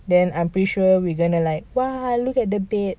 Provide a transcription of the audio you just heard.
then I'm pretty sure we're going to be like !wah! look at the bed